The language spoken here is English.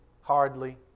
hardly